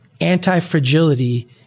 anti-fragility